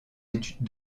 études